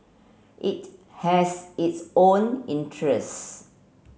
it has its own interest